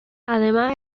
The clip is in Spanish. además